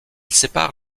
sépare